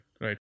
Right